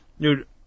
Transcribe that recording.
Dude